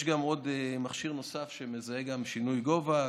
יש גם מכשיר נוסף, שמזהה גם שינוי גובה.